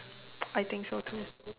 I think so too